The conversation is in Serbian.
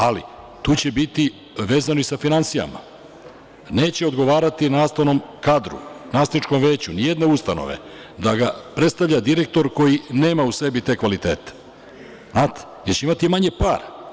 Ali, tu će biti vezano i sa finansijama, neće odgovarati nastavnom kadru, nastavničkom veću ni jedne ustanove, da ga predstavlja direktor koji nema u sebi te kvalitete, jer će imati i manje pare.